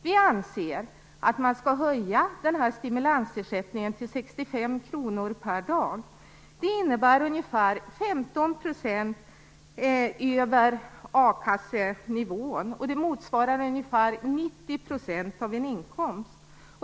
Vi anser att man skall höja stimulansersättningen till 65 kronor per dag. Det innebär ungefär 15 % över a-kassenivån och motsvarar ca 90 % av en inkomst.